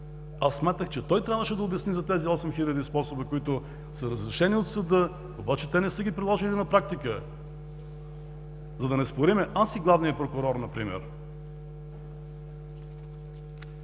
Аз смятах, че той трябваше да обясни за тези осем хиляди способа, които са разрешени от съда, обаче те не са ги приложили на практика, за да не спорим аз и главният прокурор например.